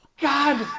God